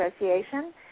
association